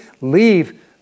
leave